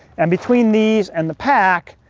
and between these and the pack,